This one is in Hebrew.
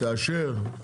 תאשר,